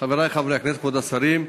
חברי חברי הכנסת, כבוד השרים,